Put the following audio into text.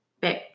back